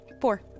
Four